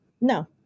No